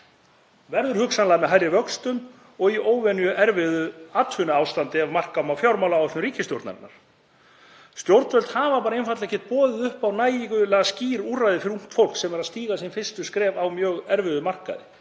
verður hugsanlega með hærri vöxtum og í óvenjuerfiðu atvinnuástandi ef marka má fjármálaáætlun ríkisstjórnarinnar. Stjórnvöld hafa einfaldlega ekki boðið upp á nægilega skýr úrræði fyrir ungt fólk sem er að stíga sín fyrstu skref á mjög erfiðum markaði